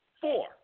four